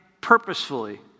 purposefully